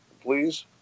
Please